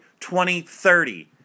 2030